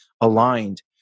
aligned